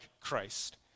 Christ